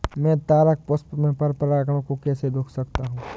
मैं तारक पुष्प में पर परागण को कैसे रोक सकता हूँ?